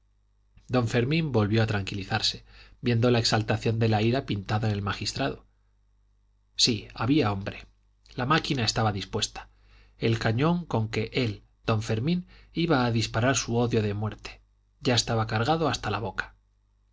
don fermín volvió a tranquilizarse viendo la exaltación de la ira pintada en el magistrado sí había hombre la máquina estaba dispuesta el cañón con que él don fermín iba a disparar su odio de muerte ya estaba cargado hasta la boca